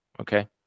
Okay